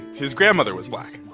his grandmother was black.